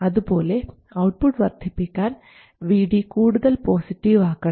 അതുപോലെ ഔട്ട്പുട്ട് വർദ്ധിപ്പിക്കാൻ Vd കൂടുതൽ പോസിറ്റീവ് ആക്കണം